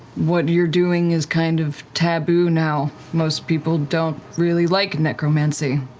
what you're doing is kind of taboo now. most people don't really like necromancy.